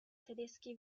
tedeschi